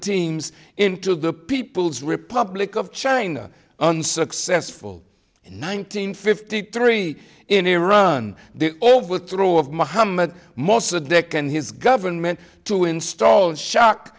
teams into the people's republic of china unsuccessful nineteen fifty three in iran the overthrow of mohamed morsy the deck and his government to install shock